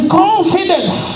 confidence